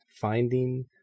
Finding